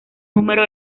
número